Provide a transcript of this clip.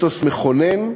אתוס מכונן,